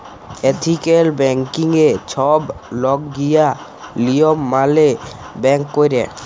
ethical ব্যাংকিংয়ে ছব লকগিলা লিয়ম মালে ব্যাংক ক্যরে